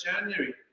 January